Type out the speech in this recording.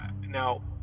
Now